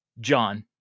John